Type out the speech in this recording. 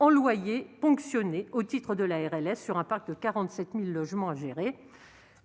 en loyers ponctionnés au titre de la RLS, pour un parc de 47 000 logements. Cela